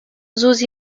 susi